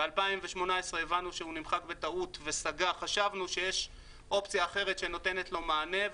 ב-2018 הבנו שהוא נמחק בטעות וחשבנו שיש אופציה אחרת שנותנת לו מענה,